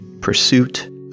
pursuit